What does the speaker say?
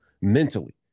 mentally